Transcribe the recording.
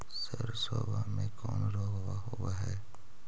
सरसोबा मे कौन रोग्बा होबय है?